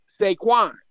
Saquon